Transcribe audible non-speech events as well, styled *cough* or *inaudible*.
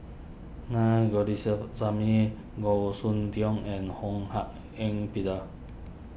Naa *unintelligible* Goh Soon Tioe and Ho Hak Ean Peter